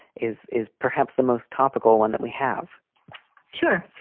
is is perhaps the most topical one that we have sure.